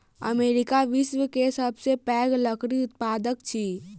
America विश्व के सबसे पैघ लकड़ी उत्पादक अछि